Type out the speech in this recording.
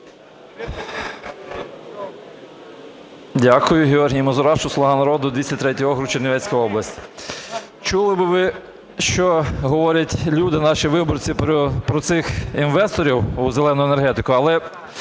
Дякую. Георгій Мазурашу, "Слуга народу", 203 округ, Чернівецька область. Чули би ви, що говорять люди, наші виборці про цих інвесторів у "зелену" енергетику, але